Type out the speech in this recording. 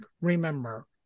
remember